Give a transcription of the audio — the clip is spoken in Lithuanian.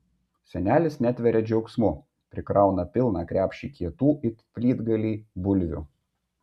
senelis netveria džiaugsmu prikrauna pilną krepšį kietų it plytgaliai bulvių